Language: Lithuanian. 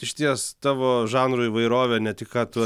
išties tavo žanrų įvairovė ne tik ką tu